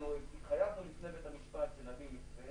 התחייבנו בפני בית המשפט שנביא מתווה